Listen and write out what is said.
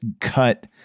cut